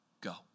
Go